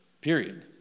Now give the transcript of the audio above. period